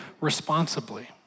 responsibly